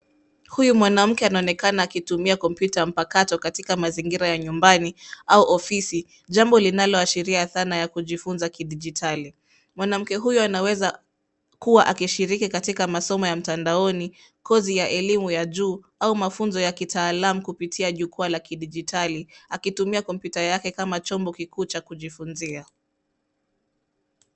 Huyu mwanamke anaonekana akitumia kompyuta mpakato katika mazingira ya nyumbani au ofisi. Jambo linaloashiria dhana ya kujifunza kidijitali. Mwanamke huyu anaweza kuwa akishiriki katika masomo ya mtandaoni, kozi ya elimu ya juu au mafunzo ya kitaalam kupitia jukwaa la kidijitali, akitumia kompyuta yake kama chombo kikuu cha kujifunzia.